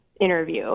interview